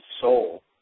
soul